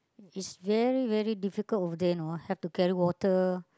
it's very very difficult over there know have to carry water